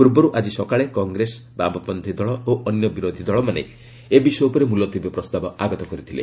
ପୂର୍ବରୁ ଆଜି ସକାଳେ କଂଗ୍ରେସ ବାମପନ୍ଥୀ ଦଳ ଓ ଅନ୍ୟ ବିରୋଧୀ ଦଳମାନେ ଏ ବିଷୟ ଉପରେ ମୁଲତବୀ ପ୍ରସ୍ତାବ ଆଗତ କରିଥିଲେ